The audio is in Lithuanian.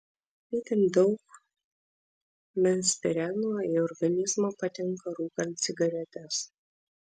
itin daug benzpireno į organizmą patenka rūkant cigaretes